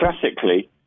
classically